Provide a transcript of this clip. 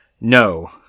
No